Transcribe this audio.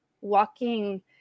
walking